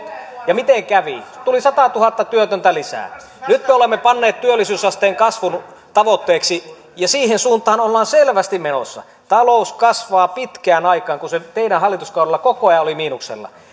ja miten kävi tuli satatuhatta työtöntä lisää nyt me olemme panneet työllisyysasteen kasvutavoitteeksi ja siihen suuntaan ollaan selvästi menossa talous kasvaa pitkästä aikaa kun se teidän hallituskaudellanne koko ajan oli miinuksella